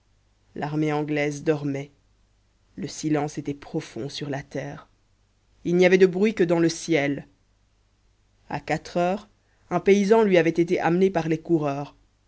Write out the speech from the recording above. l'armée anglaise dormait le silence était profond sur la terre il n'y avait de bruit que dans le ciel à quatre heures un paysan lui avait été amené par les coureurs